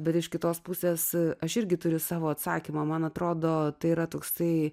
bet iš kitos pusės aš irgi turiu savo atsakymą man atrodo tai yra toks tai